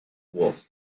wolfe